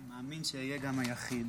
אני חושב שאני גם אהיה היחיד.